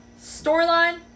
Storyline